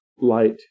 light